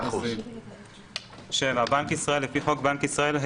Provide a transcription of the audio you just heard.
100%. (7)בנק ישראל לפי חוק בנק ישראל,